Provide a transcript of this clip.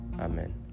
amen